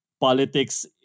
politics